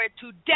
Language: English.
today